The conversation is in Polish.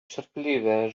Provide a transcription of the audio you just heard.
cierpliwie